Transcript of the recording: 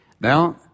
Now